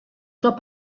soit